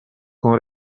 con